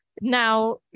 Now